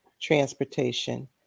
transportation